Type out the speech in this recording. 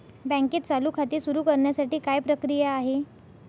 बँकेत चालू खाते सुरु करण्यासाठी काय प्रक्रिया आहे?